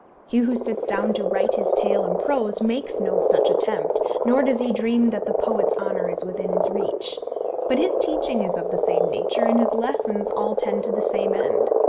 he who sits down to write his tale in prose makes no such attempt, nor does he dream that the poet's honour is within his reach but his teaching is of the same nature, and his lessons all tend to the same end.